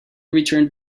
returned